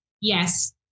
Yes